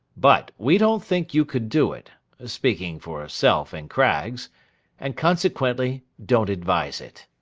but, we don't think you could do it speaking for self and craggs and consequently don't advise it